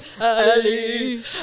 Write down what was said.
Ali